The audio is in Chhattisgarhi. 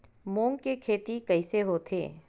मूंग के खेती कइसे होथे?